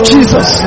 Jesus